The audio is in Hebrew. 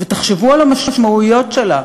ותחשבו על המשמעויות שלה